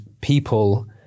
people